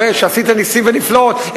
יראה שעשית נסים ונפלאות,